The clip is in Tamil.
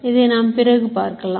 இதை நாம் பிறகு பார்க்கலாம்